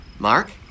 Mark